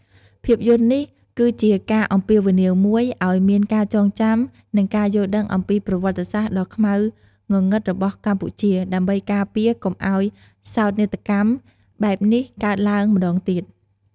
ភាពយន្តនេះគឺជាការអំពាវនាវមួយឱ្យមានការចងចាំ និងការយល់ដឹងអំពីប្រវត្តិសាស្ត្រដ៏ខ្មៅងងឹតរបស់កម្ពុជា ដើម្បីការពារកុំឱ្យសោកនាដកម្មបែបនេះកើតឡើងម្តងទៀត។